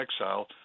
exile